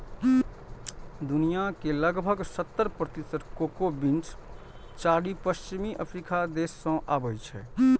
दुनिया के लगभग सत्तर प्रतिशत कोको बीन्स चारि पश्चिमी अफ्रीकी देश सं आबै छै